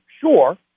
Sure